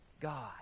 God